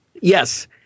Yes